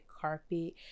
carpet